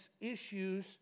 issues